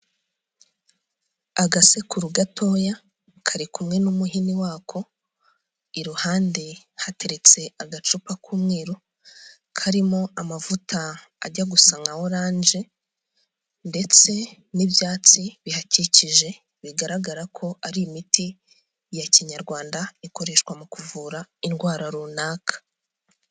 Agasekuru gatoya kari kumwe n'umuhini wako, iruhande hateretse agacupa k'umweru karimo amavuta ajya gusa nka orange ndetse n'ibyatsi bihakikije, bigaragara ko ari imiti ya kinyarwanda ikoreshwa mu kuvura indwara runaka.